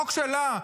החוק שלה,